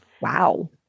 wow